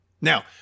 Now